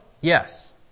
Yes